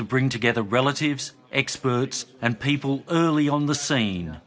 to bring together relatives experts and people early on the scene